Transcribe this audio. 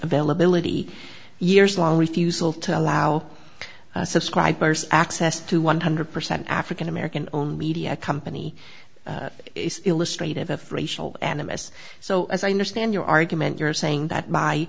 availability years long refusal to allow subscribers access to one hundred percent african american owned media company is illustrated a racial animus so as i understand your argument you're saying that